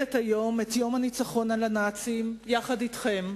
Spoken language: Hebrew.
מציינת היום את יום הניצחון על הנאצים יחד אתכם,